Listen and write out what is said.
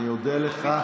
אני אודה לך.